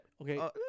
Okay